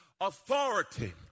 authority